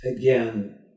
Again